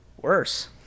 Worse